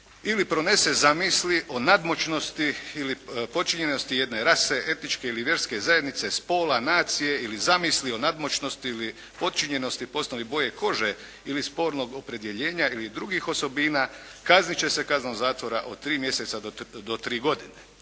ili pronese zamisli o nadmoćnosti ili počinjenosti jedne rase, etničke ili vjerske zajednice, spola, nacije ili zamisli o nadmoćnosti ili potčinjenosti po osnovi boje kože ili spornog opredjeljenja ili drugih osobina kaznit će se kaznom zatvora od 3 mjeseca do 3 godine."